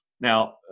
Now